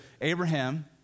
Abraham